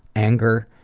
anger,